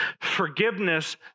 Forgiveness